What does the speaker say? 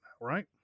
right